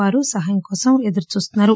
వారు సహాయం కోసం ఎదురు చూస్తున్నారు